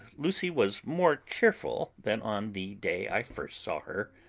lucy was more cheerful than on the day i first saw her,